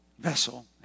vessel